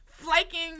Flaking